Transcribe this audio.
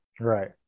Right